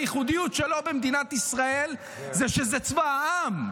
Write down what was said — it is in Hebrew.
הייחודיות שלו במדינת ישראל היא שזה צבא העם.